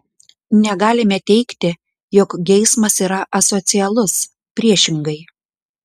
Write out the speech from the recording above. negalime teigti jog geismas yra asocialus priešingai